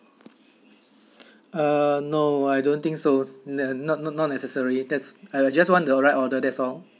uh no I don't think so not not not necessary that's I just want the right order that's all